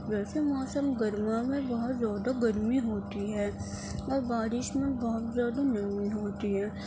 جیسے موسم گرما میں بہت زیادہ گرمی ہوتی ہے اور بارش میں بہت زیادہ نہیں ہوتی ہے